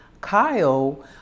kyle